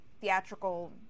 theatrical